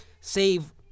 save